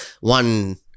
one